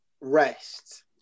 rest